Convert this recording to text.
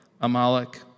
Amalek